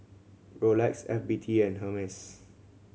Rolex F B T and Hermes